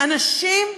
אנשים,